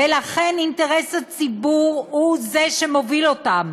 ולכן אינטרס הציבור הוא שמוביל אותם